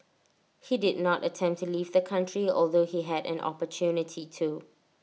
he did not attempt to leave the country although he had an opportunity to